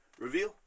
Reveal